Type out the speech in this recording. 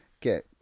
get